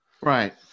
right